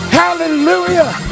hallelujah